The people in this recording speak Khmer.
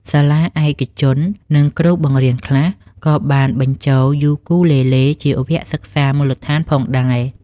សាលាឯកជន និងគ្រូបង្រៀនខ្លះក៏បានបញ្ចូលយូគូលេលេជាវគ្គសិក្សាមូលដ្ឋានផងដែរ។